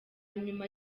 nyuma